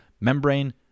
membrane